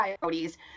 Coyotes